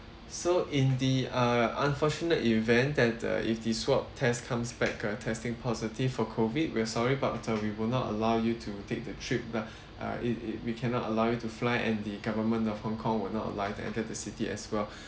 so in the uh unfortunate event that uh if the swab test comes back uh testing positive for COVID we are sorry but uh we will not allow you to take the trip lah ah it it we cannot allow you to fly and the government of hong kong will not allow you to enter the city as well